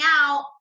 out